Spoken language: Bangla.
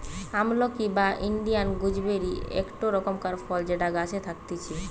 আমলকি বা ইন্ডিয়ান গুজবেরি একটো রকমকার ফল যেটা গাছে থাকতিছে